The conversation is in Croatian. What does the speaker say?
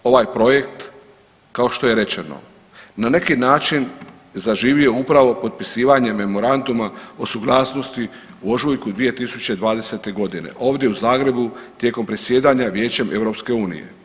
Ovaj projekt kao što je rečeno na neki način zaživio upravo potpisivanjem memoranduma o suglasnosti u ožujku 2020.g. ovdje u Zagrebu tijekom predsjedanja Vijećem EU.